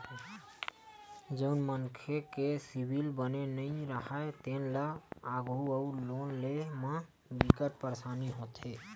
जउन मनखे के सिविल बने नइ राहय तेन ल आघु अउ लोन लेय म बिकट परसानी होथे